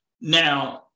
Now